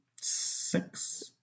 Six